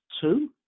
two